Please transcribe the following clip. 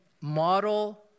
model